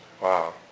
Wow